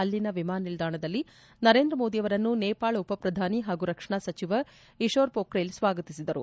ಅಲ್ಲಿನ ವಿಮಾನ ನಿಲ್ಲಾಣದಲ್ಲಿ ನರೇಂದ್ರ ಮೋದಿ ಅವರನ್ನು ನೇಪಾಳ ಉಪ ಪ್ರಧಾನಿ ಹಾಗೂ ರಕ್ಷಣಾ ಸಚಿವ ಇಶೋರ್ ಪೊಕ್ರೇಲ್ ಸ್ವಾಗತಿಸಿದರು